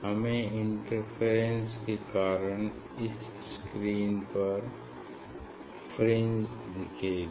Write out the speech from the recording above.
हमें इंटरफेरेंस के कारण इस स्क्रीन पर फ्रिंज दिखेंगी